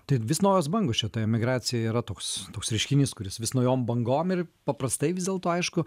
tai vis naujos bangos čia ta emigracija yra toks toks reiškinys kuris vis naujom bangom ir paprastai vis dėlto aišku